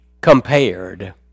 compared